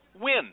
win